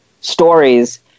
stories